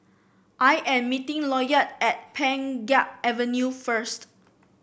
I am meeting Lloyd at Pheng Geck Avenue first